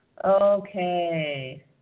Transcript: Okay